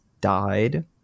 died